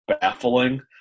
baffling